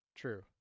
True